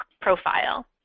profile